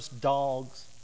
dogs